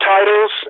titles